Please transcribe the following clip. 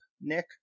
Nick